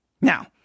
Now